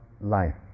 life